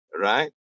right